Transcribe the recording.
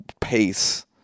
pace